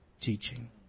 teaching